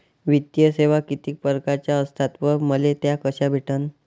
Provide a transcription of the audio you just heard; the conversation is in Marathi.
वित्तीय सेवा कितीक परकारच्या असतात व मले त्या कशा भेटन?